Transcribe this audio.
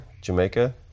Jamaica